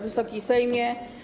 Wysoki Sejmie!